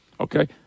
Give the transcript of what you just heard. Okay